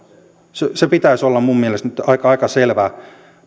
sen pitäisi olla minun mielestäni nyt aika selvää